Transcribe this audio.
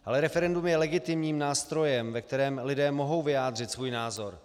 Ale referendum je legitimním nástrojem, ve kterém lidé mohou vyjádřit svůj názor.